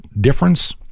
difference